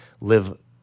live